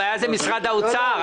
הבעיה היא משרד האוצר.